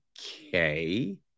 okay